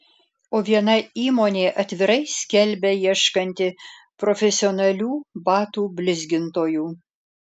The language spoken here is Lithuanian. o viena įmonė atvirai skelbia ieškanti profesionalių batų blizgintojų